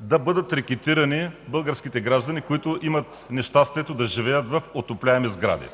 да бъдат рекетирани българските граждани, които имат нещастието да живеят в отопляеми сгради.